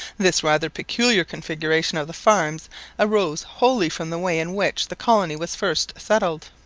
this rather peculiar configuration of the farms arose wholly from the way in which the colony was first settled.